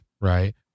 right